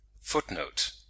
Footnote